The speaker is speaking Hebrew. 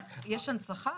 יש הנצחה?